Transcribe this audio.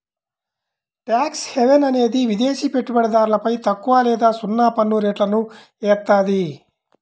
tax haven అనేది విదేశి పెట్టుబడిదారులపై తక్కువ లేదా సున్నా పన్నురేట్లను ఏత్తాది